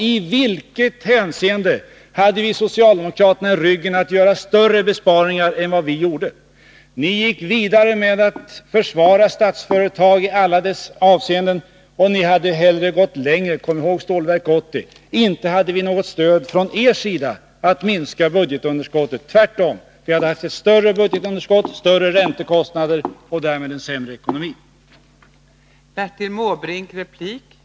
I vilket hänseende hade vi socialdemokraternas stöd i ryggen när det gällde att göra större besparingar än vad vi genomförde? Ni gick vidare med att försvara Statsföretag i alla avseenden, och ni hade hellre gått längre. Kom ihåg Stålverk 80! Inte hade vi något stöd från er sida när det gällde att minska budgetunderskottet! Tvärtom, vi hade haft ett större budgetunderskott, större räntekostnader och därmed en sämre ekonomi, om er politik hade genomförts.